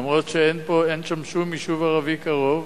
למרות שאין שום יישוב ערבי קרוב